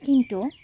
কিন্তু